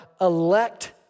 elect